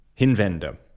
hinwende